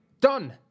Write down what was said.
Done